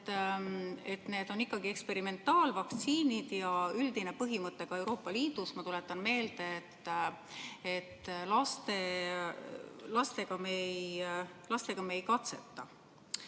on? Need on ikkagi eksperimentaalvaktsiinid ja üldine põhimõte ka Euroopa Liidus on, ma tuletan meelde, et lastega me ei katseta.